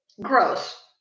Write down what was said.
Gross